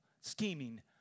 scheming